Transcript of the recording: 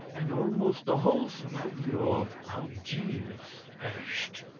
and almost the whole seraglio of algiers perished.